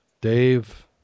Dave